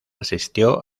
asistió